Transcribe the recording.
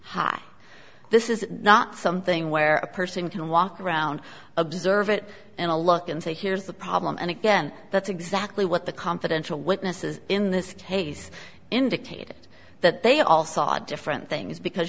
high this is not something where a person can walk around observe it in a look and say here's the problem and again that's exactly what the confidential witnesses in this case indicated that they all saw different things because